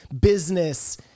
business